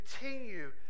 continue